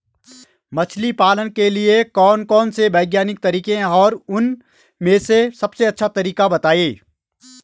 मछली पालन के लिए कौन कौन से वैज्ञानिक तरीके हैं और उन में से सबसे अच्छा तरीका बतायें?